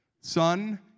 Son